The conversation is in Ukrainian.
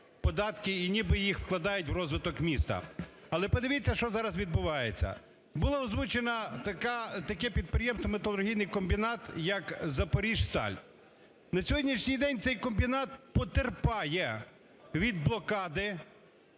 податки, і ніби їх вкладають у розвиток міста. Але подивіться, що зараз відбувається. Було озвучене таке підприємство металургійний комбінат як "Запоріжсталь". На сьогоднішній день цей комбінат потерпає від блокади